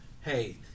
hey